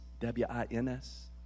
W-I-N-S